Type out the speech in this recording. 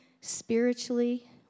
spiritually